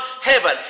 heaven